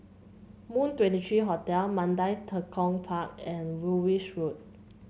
Moon Twenty three Hotel Mandai Tekong Park and Woolwich Road